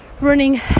running